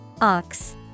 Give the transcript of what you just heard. Ox